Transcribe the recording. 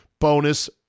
bonus